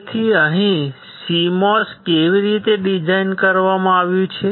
તેથી અહીં CMOS કેવી રીતે ડિઝાઇન કરવામાં આવ્યું છે